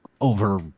over